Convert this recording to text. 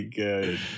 good